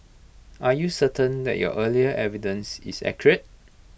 are you certain that your earlier evidence is accurate